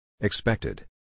Expected